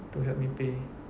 to help me pay